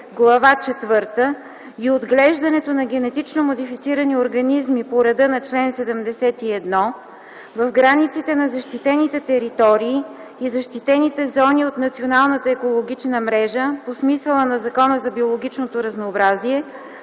Четвърта, и отглеждането на генетично модифицирани организми по реда на чл. 71 в границите на защитените територии и защитените зони от националната екологична мрежа по смисъла на Закона за биологичното разнообразие,